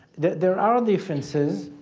there there are differences.